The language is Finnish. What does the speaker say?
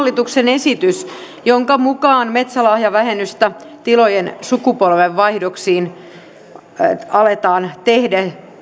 esitys jonka mukaan metsälahjavähennystä tilojen sukupolvenvaihdoksiin aletaan tehdä